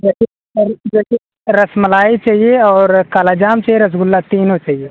जैस सर जैसे रसमलाई चाहिए और काला जाम चाहिए रसगुल्ला तीनों चाहिए